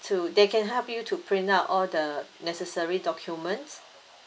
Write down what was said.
to they can help you to print out all the necessary documents